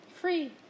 Free